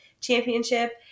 championship